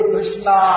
Krishna